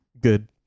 good